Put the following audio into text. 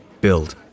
Build